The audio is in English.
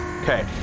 Okay